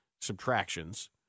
subtractions